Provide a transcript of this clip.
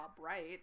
right